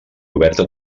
oberta